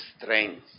strength